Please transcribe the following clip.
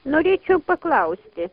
norėčiau paklausti